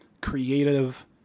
creative